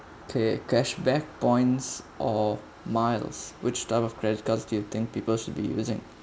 okay cashback points or miles which type of credit cards do you think people should be using